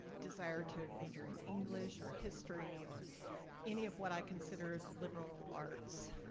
desire to major in english or history or any of what i consider liberal arts.